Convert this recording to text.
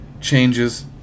changes